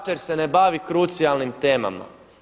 Jer se ne bavi krucijalnim temama.